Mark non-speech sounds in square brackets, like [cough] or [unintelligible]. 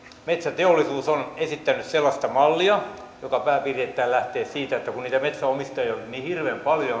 metsäteollisuus on esittänyt sellaista mallia joka pääpiirteittäin lähtee siitä että kun niitä metsänomistajia on niin hirveän paljon [unintelligible]